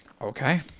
Okay